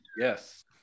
yes